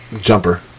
jumper